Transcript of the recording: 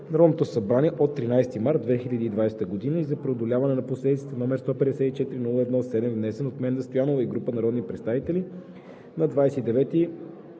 Народното събрание от 13 март 2020 г., и за преодоляване на последиците, № 154-01-7, внесен от Менда Стоянова и група народни представители на 29 януари